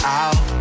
out